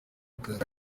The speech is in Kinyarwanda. perezida